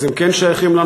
אז הם כן שייכים לנו.